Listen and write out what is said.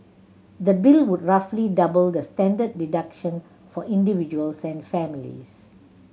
the bill would roughly double the standard deduction for individuals and families